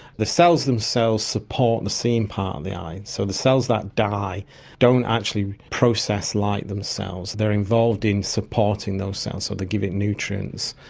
the cells themselves support and the seeing part of the eye. so the cells that die don't actually process light themselves, they're involved in supporting those cells, so they give it nutrients,